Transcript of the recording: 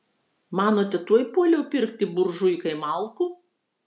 manote tuoj puoliau pirkti buržuikai malkų